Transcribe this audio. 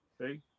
see